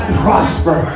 prosper